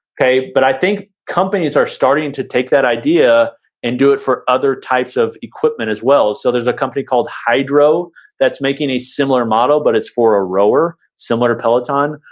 okay. but i think companies are starting to take that idea and do it for other types of equipment as well. so, there's a company called hydrow that's making a similar model but it's for a rower, similar to peloton.